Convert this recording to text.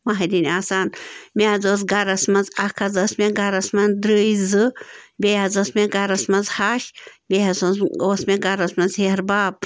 مَہریٚنۍ آسان مےٚ حظ اوس گَرَس منٛز اَکھ حظ ٲس مےٚ گَرَس منٛز دٕرٛے زٕ بیٚیہِ حظ ٲس مےٚ گَرَس منٛز ہَش بیٚیہِ حظ اوس مےٚ گَرَس منٛز ہیٚہَر بَب